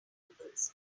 labels